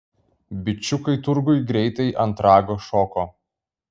bičiukai turguj greitai ant rago šoko